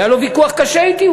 והיה לו ויכוח קשה אתי.